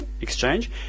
exchange